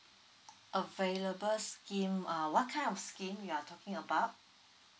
available scheme uh what kind of scheme you are talking about